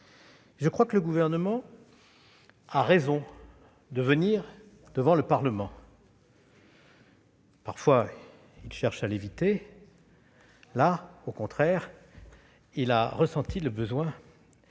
Je crois que le Gouvernement a raison de venir devant le Parlement. Parfois, il cherche à l'éviter ; là, au contraire, il a ressenti le besoin